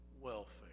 welfare